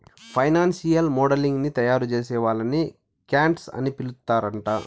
financial modelling ని తయారుచేసే వాళ్ళని క్వాంట్స్ అని పిలుత్తరాంట